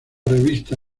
revista